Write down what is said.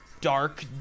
dark